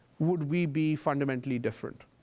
would we be fundamentally different?